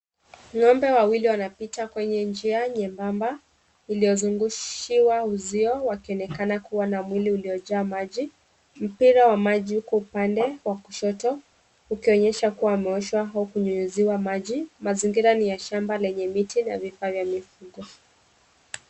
Ng'ombe wawili wanapita kwenye njia nyembamba, iliyozungushiwa uzio wa kionekana kuwa na mwili uliojaa maji, mpira wa maji huko upande wa kushoto, ukionyesha kuwa ameoshwa au kunyunyiziwa maji, mazingira ni ya shamba lenye miti na vifaa vya mifugo.